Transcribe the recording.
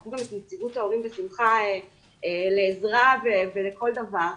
קחו גם את נציגות ההורים בשמחה לעזרה ולכל דבר,